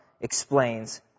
explains